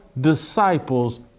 disciples